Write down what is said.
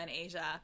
Asia